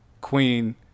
Queen